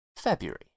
February